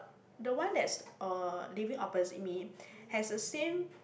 the one that's uh living opposite me has the same